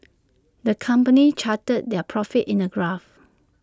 the company charted their profits in A graph